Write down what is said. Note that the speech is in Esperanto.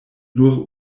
nur